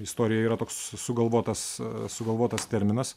istorija yra toks sugalvotas sugalvotas terminas